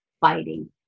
fighting